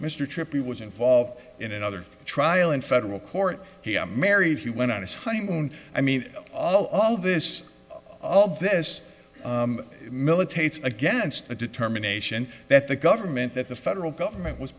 mr trippi was involved in another trial in federal court he married he went on his honeymoon i mean all of this all this militates against the determination that the government that the federal government was